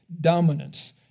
dominance